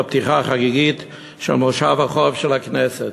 בפתיחה החגיגית של כנס החורף של הכנסת.